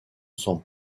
son